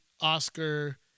Oscar